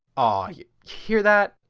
ah you hear that.